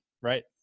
right